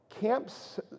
camps